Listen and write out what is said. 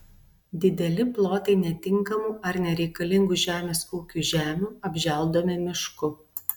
dideli plotai netinkamų ar nereikalingų žemės ūkiui žemių apželdomi mišku